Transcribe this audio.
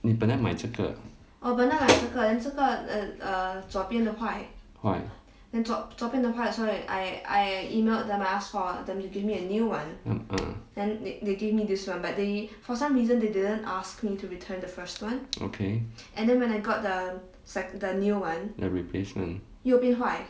你本来买这个坏 uh ah okay the replacement